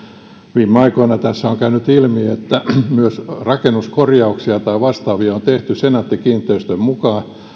viime aikoina tässä on käynyt ilmi että myös rakennuskorjauksia tai vastaavia on tehty senaatti kiinteistöjen mukaan